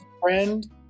friend